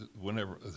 whenever